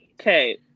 Okay